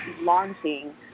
launching